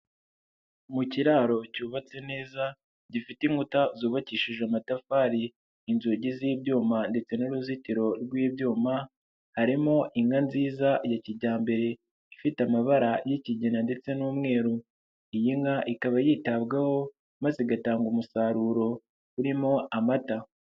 Mu kiraro cyubatse neza gifite inkuta zubakishije amatafari. inzugi z'ibyuma ndetse n'uruzitiro rw'ibyuma, harimo inka nziza ya kijyambere ifite amabara y'ikigina ndetse n'umweru. Iy'inka ikaba yitabwaho maze igatanga umusaruro urimo amata.